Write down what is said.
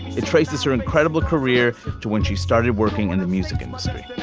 it traces her incredible career to when she started working in the music industry